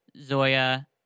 Zoya